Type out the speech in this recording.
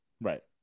right